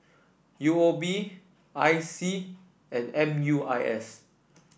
U O B I C and M U I S